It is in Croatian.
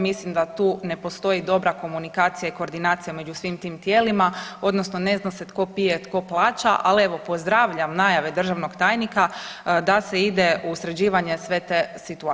Mislim da tu ne postoji dobra komunikacija i koordinacija među svim tim tijelima odnosno ne zna se tko pije, a tko plaća, al evo pozdravljam najave državnog tajnika da se ide u sređivanje sve te situacije.